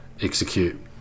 execute